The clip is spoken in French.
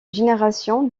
génération